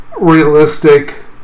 realistic